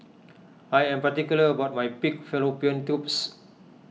I am particular about my Pig Fallopian Tubes